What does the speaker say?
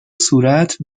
صورت